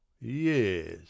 yes